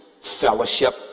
fellowship